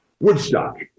Woodstock